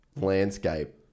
landscape